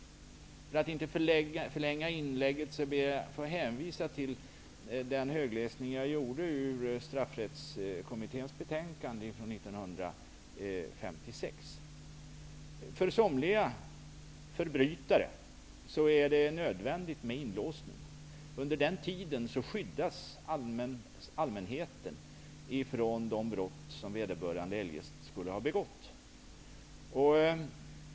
För att inte förlänga inlägget ber jag att få hänvisa till min högläsning ur Fängelsestraffkommitténs betänkande från 1986. För somliga förbrytare är det nödvändigt med inlåsning. Under den tiden skyddas allmänheten ifrån de brott som vederbörande eljest skulle ha begått.